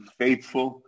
faithful